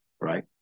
right